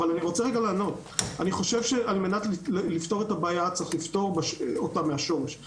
אני רוצה לענות: על מנת לפתור את הבעיה צריך לפתור אותה מהשורש.